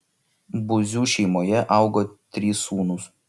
buzių šeimoje augo trys sūnūs